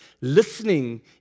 Listening